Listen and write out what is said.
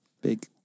big